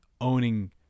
owning